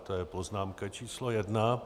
To je poznámka číslo jedna.